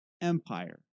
empire